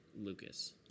lucas